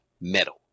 metal